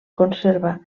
conserva